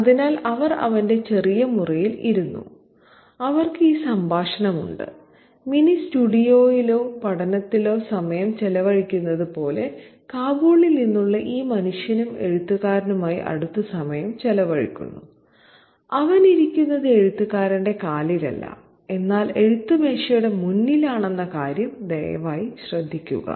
അതിനാൽ അവർ അവന്റെ ചെറിയ മുറിയിൽ ഇരുന്നു അവർക്ക് ഈ സംഭാഷണം ഉണ്ട് മിനി സ്റ്റുഡിയോയിലോ പഠനത്തിലോ സമയം ചെലവഴിക്കുന്നത് പോലെ കാബൂളിൽ നിന്നുള്ള ഈ മനുഷ്യനും എഴുത്തുകാരനുമായി അടുത്ത് സമയം ചെലവഴിക്കുന്നു അവൻ ഇരിക്കുന്നത് എഴുത്തുകാരന്റെ കാലിൽ അല്ല എന്നാൽ എഴുത്തു മേശയുടെ മുന്നിൽ ആണെന്ന കാര്യം ദയവായി ശ്രദ്ധിക്കുക